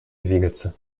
двигаться